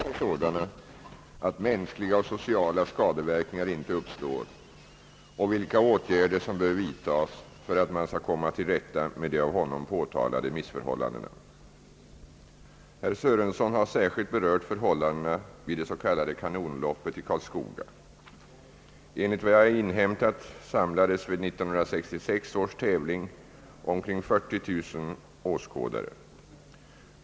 Herr talman! Herr Sörenson har frågat mig vilka åtgärder man för närvarande kan vidta för att förhållandena vid vissa större motortävlingar skall bli sådana, att mänskliga och sociala skadeverkningar inte uppstår, samt vilka åtgärder som bör vidtas för att man skall komma till rätta med de av honom påtalade missförhållandena. Herr Sörenson har särskilt berört förhållandena vid det s.k. Kanonloppet i Karlskoga. Enligt vad jag har inhämtat samlades vid 1966 års tävling omkring 40 000 åskådare.